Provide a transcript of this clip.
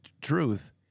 truth